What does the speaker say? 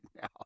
now